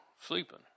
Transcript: sleeping